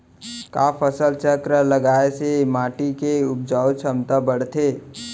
का फसल चक्र लगाय से माटी के उपजाऊ क्षमता बढ़थे?